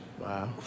Wow